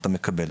אתה מקבל,